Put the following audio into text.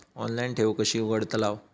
Online ठेव कशी उघडतलाव?